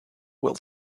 will